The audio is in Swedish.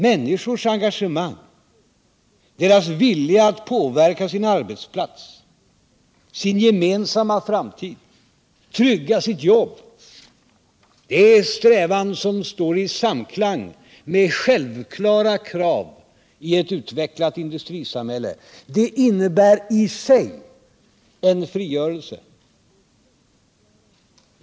Människors engagemang, deras vilja att påverka sin arbetsplats, sin gemensamma framtid och trygga sitt jobb — det är strävanden som står i samklang med självklara krav i ett utvecklat industrisamhälle. Det innebär i sig en frigörelse.